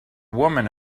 woman